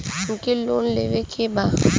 हमके लोन लेवे के बा?